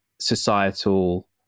societal